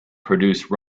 produce